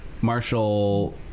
Marshall